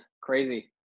crazy